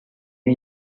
day